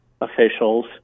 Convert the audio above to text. officials